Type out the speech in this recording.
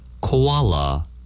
Koala